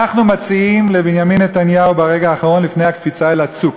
אנחנו מציעים לבנימין נתניהו ברגע האחרון לפני הקפיצה מהצוק,